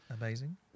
amazing